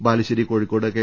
Balussery Kozhikode K